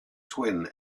twin